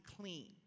clean